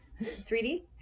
3D